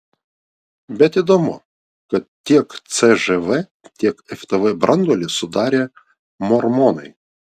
bet įdomu kad tiek cžv tiek ftb branduolį sudarė mormonai